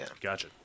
Gotcha